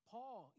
Paul